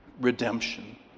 Redemption